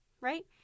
right